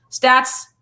stats